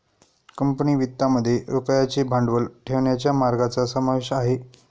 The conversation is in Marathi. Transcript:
कंपनी वित्तामध्ये रुपयाचे भांडवल ठेवण्याच्या मार्गांचा समावेश आहे